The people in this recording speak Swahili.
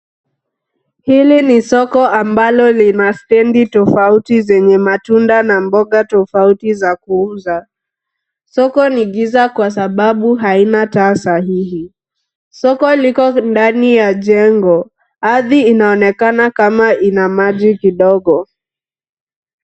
Hili ni soko ambalo lina stendi tofauti zenye matunda na mboga tofauti za kuuza. Soko ni giza kwa sababu haina taa sahihi. Soko liko ndani ya jengo. Aridhi inaonekana kama iko na maji kidogo.